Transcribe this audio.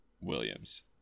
Williams